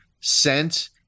sent